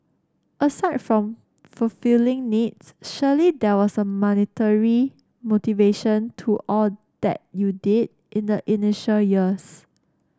aside from fulfilling needs surely there was a monetary motivation to all that you did in the initial years